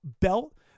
belt